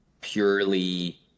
purely